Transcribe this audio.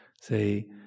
say